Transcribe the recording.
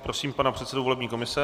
Prosím pana předsedu volební komise.